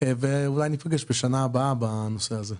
ואולי ניפגש בשנה הבאה בנושא הזה.